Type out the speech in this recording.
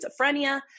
schizophrenia